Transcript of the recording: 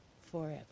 forever